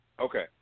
Okay